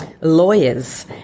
lawyers